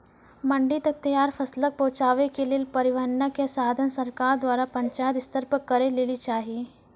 मंडी तक तैयार फसलक पहुँचावे के लेल परिवहनक या साधन सरकार द्वारा पंचायत स्तर पर करै लेली चाही?